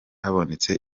habonetse